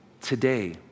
today